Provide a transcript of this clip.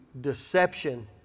deception